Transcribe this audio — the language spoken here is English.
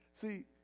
See